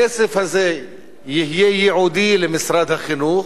הכסף הזה יהיה ייעודי למשרד החינוך,